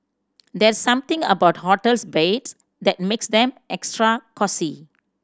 there's something about hotels beds that makes them extra cosy